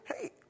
hey